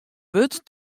wurdt